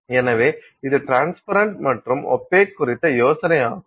எனவே இது ட்ரான்ஸ்பரண்ட் மற்றும் ஒபேக் குறித்த யோசனையாகும்